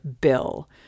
bill